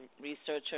researcher